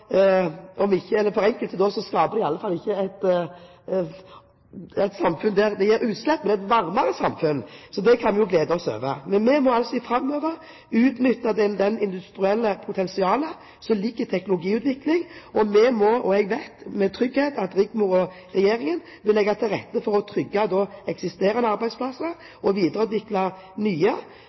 for enkelte er det et samfunn hvor det ikke er utslipp. Så det kan vi jo glede oss over. Vi må altså framover utnytte det industrielle potensialet som ligger i teknologiutviklingen. Jeg vet med trygghet at statsråden og Regjeringen vil legge til rette for å trygge eksisterende arbeidsplasser og videreutvikle nye